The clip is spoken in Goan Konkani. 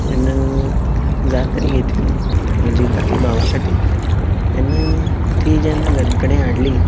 जेन्ना जात्रेंत घेतली म्हाजे धाकले भावा खातीर तेन्ना ती जेन्ना घरां कडेन हाडली